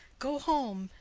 go home,